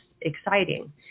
exciting